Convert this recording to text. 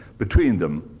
between them,